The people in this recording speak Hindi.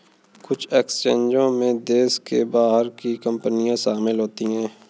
कुछ एक्सचेंजों में देश के बाहर की कंपनियां शामिल होती हैं